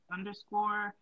Underscore